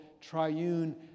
triune